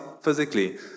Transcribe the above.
physically